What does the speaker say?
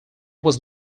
was